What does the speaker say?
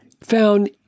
found